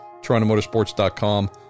torontomotorsports.com